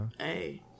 hey